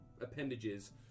appendages